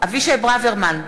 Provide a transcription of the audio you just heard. אבישי ברוורמן,